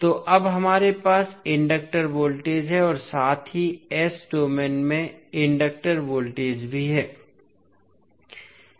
तो अब हमारे पास इंडक्टर वोल्टेज है और साथ ही s डोमेन में इंडक्टर वोल्टेज भी है